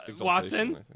Watson